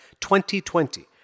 2020